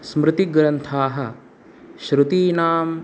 स्मृतिग्रन्थाः श्रुतीनां